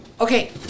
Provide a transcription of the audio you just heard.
Okay